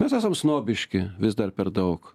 mes esam snobiški vis dar per daug